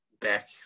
back